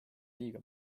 liiga